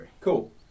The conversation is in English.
Cool